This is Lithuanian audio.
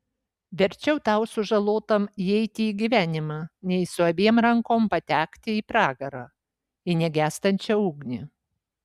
verčiau tau sužalotam įeiti į gyvenimą nei su abiem rankom patekti į pragarą į negęstančią ugnį